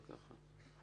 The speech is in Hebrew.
אם כך.